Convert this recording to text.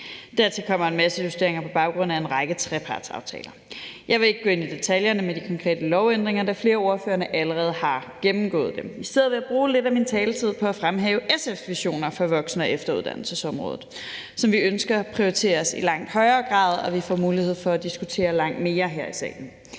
Dertil kommer en masse justeringer på baggrund af en række trepartsaftaler. Jeg vil ikke gå ind i detaljerne med de konkrete lovændringer, da flere af ordførerne allerede har gennemgået det. I stedet vil jeg bruge lidt af min taletid på at fremhæve SF's visioner for voksen- og efteruddannelsesområdet, som vi ønsker prioriteres i langt højere grad, og som vi ønsker at få mulighed for at diskutere langt mere her i salen.